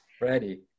ready